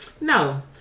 No